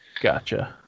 Gotcha